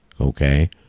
Okay